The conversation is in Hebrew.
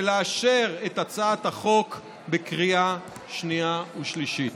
ולאשר את הצעת החוק בקריאה שנייה ושלישית.